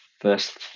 first